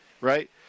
right